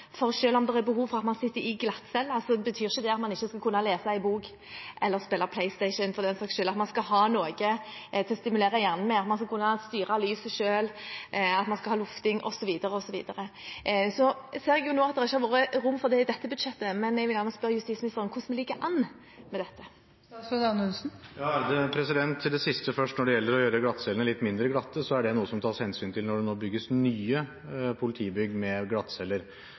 for selv om det er behov for at man sitter i glattcelle, betyr ikke det at man ikke skal kunne lese en bok – eller spille Playstation, for den saks skyld – ha noe å stimulere hjernen med, kunne styre lyset selv, ha lufting, osv., osv. Jeg ser nå at det ikke har vært rom for det i dette budsjettet, men jeg vil gjerne spørre justisministeren: Hvordan ligger vi an med dette? Til det siste først, når det gjelder å gjøre glattcellene litt mindre glatte, så er det noe som tas hensyn til når det nå bygges nye politibygg med glattceller.